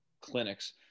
clinics